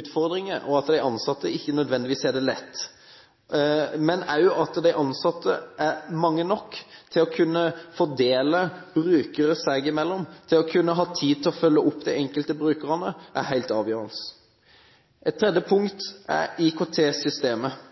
utfordringer, og at de ansatte ikke nødvendigvis har det lett. Men det er også viktig at de ansatte er mange nok til å kunne fordele brukere seg imellom og ha tid til å følge opp den enkelte brukeren. Det er helt avgjørende. Et tredje punkt er